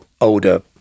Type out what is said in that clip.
older